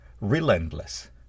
Relentless